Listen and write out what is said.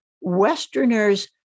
Westerners